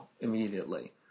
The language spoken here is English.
immediately